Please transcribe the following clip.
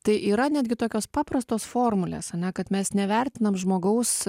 tai yra netgi tokios paprastos formulės ane kad mes nevertinam žmogaus